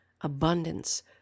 abundance